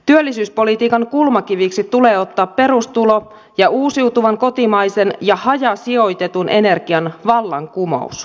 työllisyyspolitiikan kulmakiviksi tulee ottaa perustulo ja uusiutuvan kotimaisen ja hajasijoitetun energian vallankumous